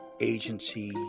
agency